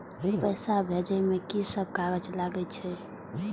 पैसा भेजे में की सब कागज लगे छै?